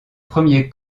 premier